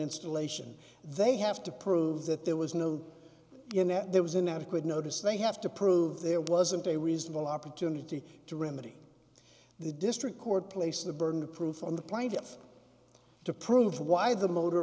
installation they have to prove that there was no you know there was an adequate notice they have to prove there wasn't a reasonable opportunity to remedy the district court place the burden of proof on the plaintiff to prove why the motor